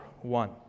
one